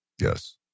Yes